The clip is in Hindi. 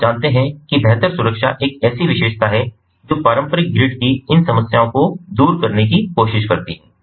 तो आप जानते हैं कि बेहतर सुरक्षा एक ऐसी विशेषता है जो पारंपरिक ग्रिड की इन समस्याओं को दूर करने की कोशिश करती है